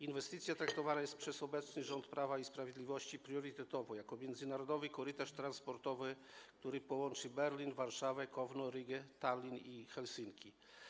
Inwestycja traktowana jest przez obecny rząd Prawa i Sprawiedliwości priorytetowo, jako międzynarodowy korytarz transportowy, który połączy Berlin, Warszawę, Kowno, Rygę, Tallin i Helsinki.